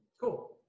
cool